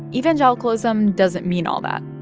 evangelicalism doesn't mean all that.